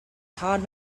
todd